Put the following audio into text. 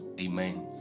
Amen